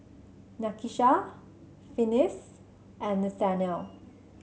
Nakisha Finis and Nathanial